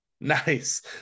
nice